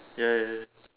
ya ya ya